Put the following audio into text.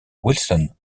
wilson